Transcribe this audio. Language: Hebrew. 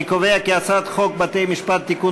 אני קובע כי הצעת חוק בתי-המשפט (תיקון